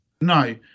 No